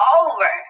over